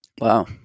Wow